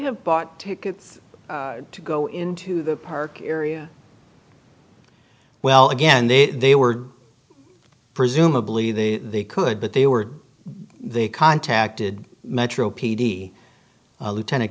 have bought tickets to go into the park area well again they they were presumably the they could but they were they contacted metro p d lieutenant